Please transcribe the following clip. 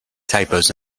typos